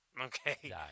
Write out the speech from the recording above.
Okay